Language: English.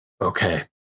Okay